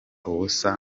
ubusa